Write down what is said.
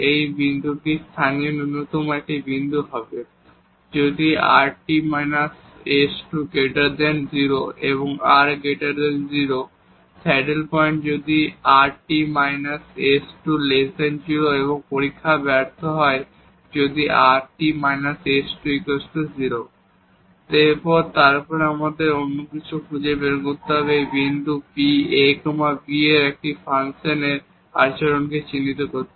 এই বিন্দুটি স্থানীয় ন্যূনতম একটি বিন্দু হবে যদি rt − s2 0 এবং r 0 স্যাডেল পয়েন্ট যদি এই rt − s2 0 এবং পরীক্ষা ব্যর্থ হবে যদি rt − s2 0 এবং তারপর আমাদের অন্য কিছু উপায় খুঁজে বের করতে হবে এই বিন্দু P a b এ এই ফাংশনের আচরণকে চিহ্নিত করতে